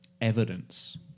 evidence